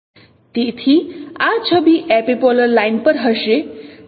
તેથી આ છબી એપિપોલર લાઇન પર હશે